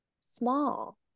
small